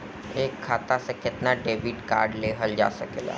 एक खाता से केतना डेबिट कार्ड लेहल जा सकेला?